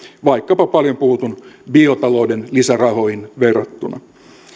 vaikkapa paljon puhutun biotalouden lisärahoihin verrattuna